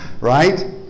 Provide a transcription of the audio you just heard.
Right